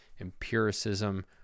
empiricism